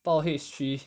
报 H three